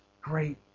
great